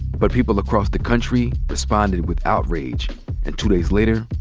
but people across the country responded with outrage and two days later,